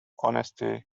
honesty